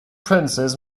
princes